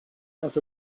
out